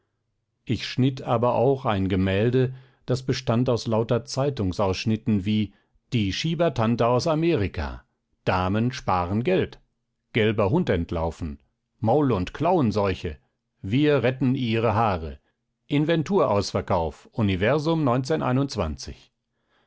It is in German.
ich schnitt aber auch ein gemälde das bestand aus lauter zeitungsausschnitten wie die schiebertante aus amerika damen sparen geld gelber hund entlaufen maul und klauenseuche wir retten ihre haare inventurausverkauf universum